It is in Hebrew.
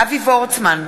אבי וורצמן,